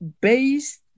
based